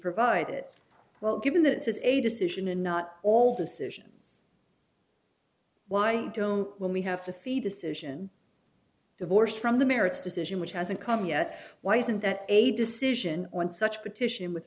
provided it well given that it is a decision and not all decisions why don't when we have to feed decision divorced from the merits decision which hasn't come yet why isn't that a decision on such petition with